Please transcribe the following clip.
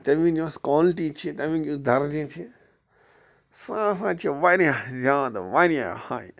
تمِچ یۄس کالٹی چھِ تَمیُک یُس درجہٕ چھِ سُہ ہسا چھُ وارِیاہ زیادٕ وارِیاہ ہاے